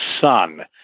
son